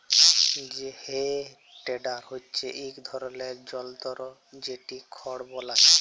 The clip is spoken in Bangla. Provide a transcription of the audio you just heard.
হে টেডার হচ্যে ইক ধরলের জলতর যেট খড় বলায়